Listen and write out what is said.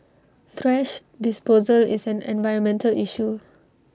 thrash disposal is an environmental issue